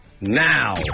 now